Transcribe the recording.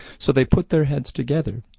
so they put their heads together,